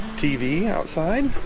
tv outside